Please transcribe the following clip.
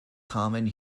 common